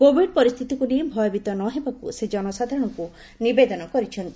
Covid ପରିସ୍ଥିତିକୁ ନେଇ ଭୟଭୀତ ନ ହେବାକୁ ସେ ଜନସାଧାରଣଙ୍କୁ ନିବେଦନ କରିଛନ୍ତି